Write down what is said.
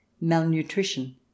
malnutrition